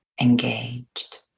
engaged